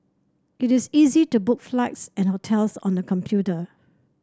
it is easy to book flights and hotels on the computer